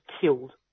killed